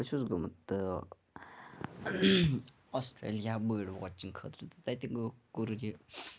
بہٕ چھُس گوٚمُت آسٹریلیا بٲڑ واچِنٛگ خٲطرٕ تَتہِ گوٚو کوٚر یہِ